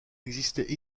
existait